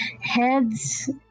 Heads